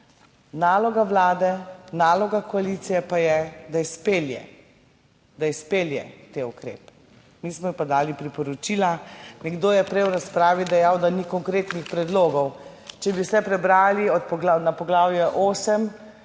Naloga Vlade, naloga koalicije pa je, da izpelje, da izpelje te ukrepe, mi smo pa dali priporočila. Nekdo je prej v razpravi dejal, da ni konkretnih predlogov. Če bi vse prebrali, na poglavje 8